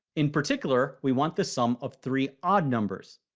in particular, we want the sum of three odd numbers.